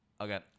Okay